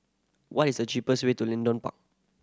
what is the cheapest way to Leedon Park